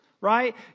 right